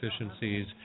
efficiencies